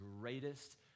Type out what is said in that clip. greatest